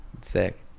sick